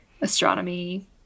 astronomy